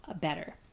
better